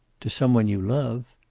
to some one you love.